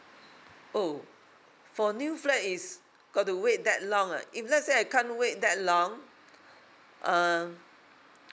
oh for new flat is got to wait that long ah if let's say I can't wait that long uh